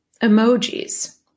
emojis